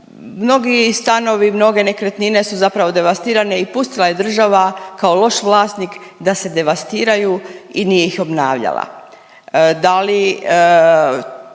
Mnogi stanovi i mnoge nekretnine su zapravo devastirane i pustila je država kao loš vlasnik da se devastiraju i nije ih obnavljala.